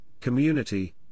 community